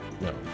No